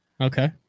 Okay